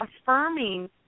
affirming